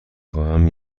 خواهم